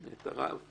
את הרב,